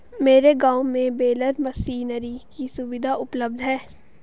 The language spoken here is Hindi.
मेरे गांव में बेलर मशीनरी की सुविधा उपलब्ध है